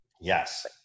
Yes